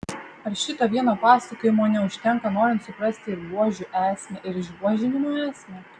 ar šito vieno pasakojimo neužtenka norint suprasti ir buožių esmę ir išbuožinimo esmę